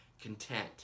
content